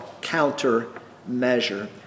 countermeasure